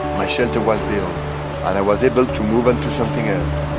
my shelter was built and i was able to move onto something else.